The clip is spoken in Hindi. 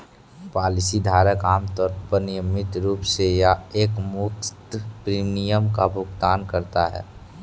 पॉलिसी धारक आमतौर पर नियमित रूप से या एकमुश्त प्रीमियम का भुगतान करता है